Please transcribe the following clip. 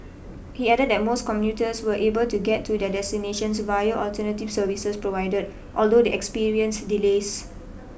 he added that most commuters were able to get to their destinations via alternative services provided although they experienced delays